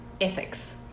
ethics